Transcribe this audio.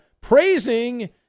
praising